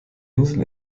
insel